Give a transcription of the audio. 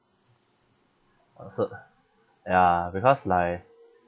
orh so ya because like